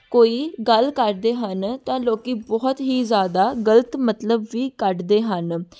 ਕੋਈ ਗੱਲ ਕਰਦੇ ਹਨ ਤਾਂ ਲੋਕ ਬਹੁਤ ਹੀ ਜ਼ਿਆਦਾ ਗਲਤ ਮਤਲਬ ਵੀ ਕੱਢਦੇ ਹਨ